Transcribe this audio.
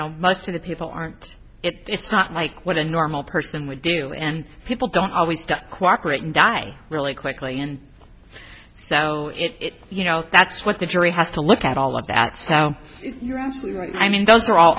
know most of the people aren't it's not like what a normal person would do and people don't always stock cooperate and die really quickly and so it you know that's what the jury has to look at all of that so you're absolutely right i mean those are all